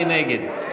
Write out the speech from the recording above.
מי נגד?